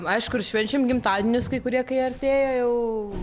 aišku ir švenčiam gimtadienius kai kurie kai artėja jau